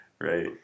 Right